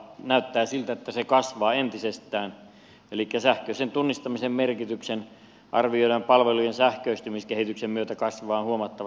näyttää siltä että se kasvaa entisestään elikkä sähköisen tunnistamisen merkityksen arvioidaan palvelujen sähköistymiskehityksen myötä kasvavan huomattavasti tulevaisuudessa